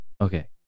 Okay